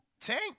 Tank